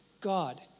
God